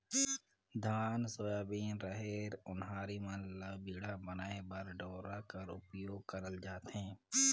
धान, सोयाबीन, रहेर, ओन्हारी मन ल बीड़ा बनाए बर डोरा कर उपियोग करल जाथे